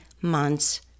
months